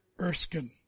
Erskine